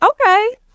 okay